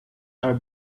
are